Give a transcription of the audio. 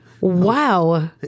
Wow